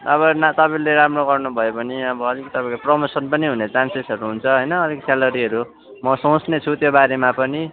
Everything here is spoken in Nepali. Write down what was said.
अब न तपाईँले राम्रो गर्नुभयो भने अब अलिकति तपाईँको प्रोमोसन हुने पनि चान्सेसहरू हुन्छ होइन अलिक स्यालेरीहरू म सोच्ने छु त्यो बारेमा पनि